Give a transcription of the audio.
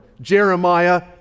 Jeremiah